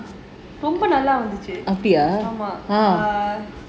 ரொம்ப நல்லா இருந்துச்சு:romba nallaa irunthuchu